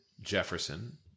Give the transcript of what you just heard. Jefferson